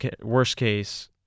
worst-case